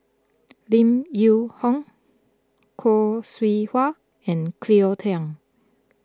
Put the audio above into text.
Lim Yew Hong Khoo Seow Hwa and Cleo Thang